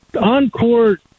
on-court